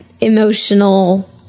emotional